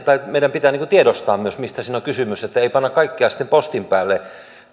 meidän pitää tiedostaa myös mistä siinä on kysymys että ei panna kaikkea sitten postin päälle